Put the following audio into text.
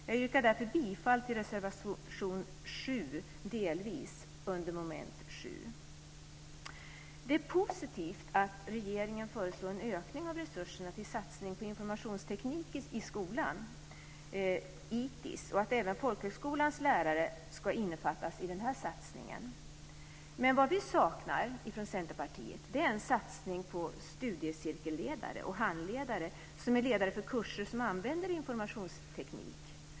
Jag yrkar därför bifall till reservation 7 - delvis under mom. 7. Det är positivt att regeringen föreslår en ökning av resurserna för en satsning på informationsteknik i skolan, ITiS, och att även folkhögskolans lärare ska innefattas i den här satsningen. Men vad vi saknar från Centerpartiets sida är en satsning på studiecirkelledare och handledare som är ledare för kurser som använder informationsteknik.